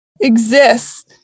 exists